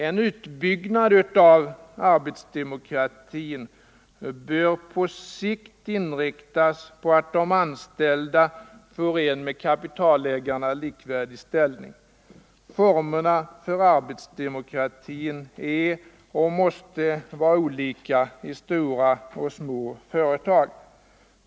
En utbyggnad av arbetsdemokratin bör på sikt inriktas på att de anställda får en med kapitalägarna likvärdig ställning. Formerna för arbetsdemokratin är och måste vara olika i stora och små företag.